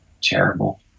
terrible